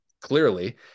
Clearly